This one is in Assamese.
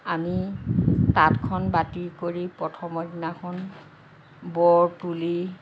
আমি তাঁতখন বাতি কৰি প্ৰথমৰ দিনাখন বৰ তুলি